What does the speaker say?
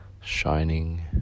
shining